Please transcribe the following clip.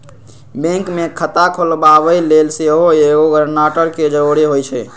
bank में खता खोलबाबे लेल सेहो एगो गरानटर के जरूरी होइ छै